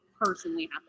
personally